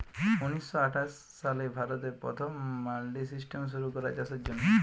উনিশ শ আঠাশ সালে ভারতে পথম মাল্ডি সিস্টেম শুরু ক্যরা চাষের জ্যনহে